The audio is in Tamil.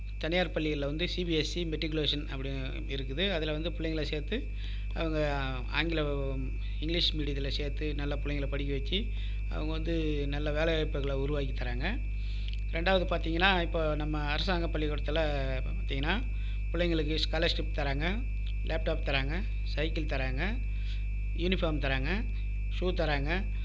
தனியார் பள்ளியில் வந்து சிபிஎஸ்சி மெட்ரிகுலேஷன் அப்படிய இருக்குது அதில் வந்து பிள்ளைங்களை சேர்த்து அவங்க ஆங்கில இங்கிலீஷ் மீடியத்தில் சேர்த்து நல்ல பிள்ளைங்கள படிக்க வச்சி அவங்க வந்து நல்ல வேலை வாய்ப்புகளை உருவாக்கி தராங்க ரெண்டாவது பார்த்தீங்கன்னா இப்போ நம்ம அரசாங்க பள்ளிக்கூடத்தில் பார்த்தீங்கன்னா பிள்ளைங்களுக்கு ஸ்காலர்ஷிப் தராங்க லேப்டாப் தராங்க சைக்கிள் தராங்க யூனிஃபார்ம் தராங்க ஷூ தராங்க